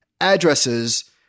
addresses